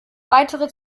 weitere